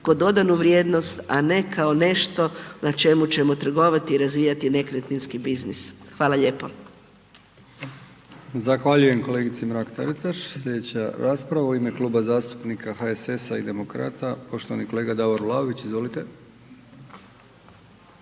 kao dodanu vrijednost a ne kao nešto na čemu ćemo trgovati i razvijati nekretninski biznis, hvala lijepo.